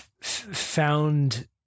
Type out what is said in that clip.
found